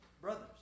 brothers